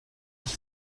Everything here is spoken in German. ich